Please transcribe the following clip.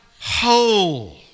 whole